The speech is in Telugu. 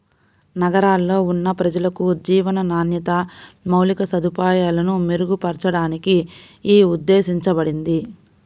నగరాల్లో ఉన్న ప్రజలకు జీవన నాణ్యత, మౌలిక సదుపాయాలను మెరుగుపరచడానికి యీ ఉద్దేశించబడింది